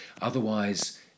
Otherwise